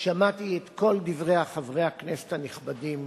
שמעתי את כל דברי חברי הכנסת הנכבדים,